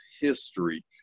history